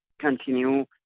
continue